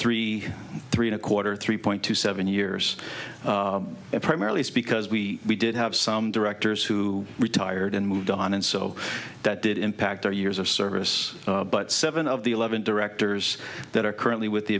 three three and a quarter three point two seven years primarily because we did have some directors who retired and moved on and so that did impact our years of service but seven of the eleven directors that are currently with the